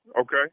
Okay